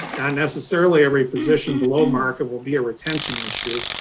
and necessarily, every position below market will be a retention issue.